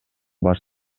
баш